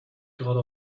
gerade